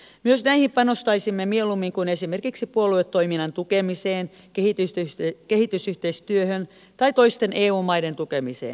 myös näihin panostaisimme mieluummin kuin esimerkiksi puoluetoiminnan tukemiseen kehitysyhteistyöhön tai toisten eu maiden tukemiseen